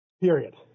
Period